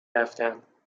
رفتم